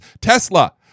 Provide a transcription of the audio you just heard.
Tesla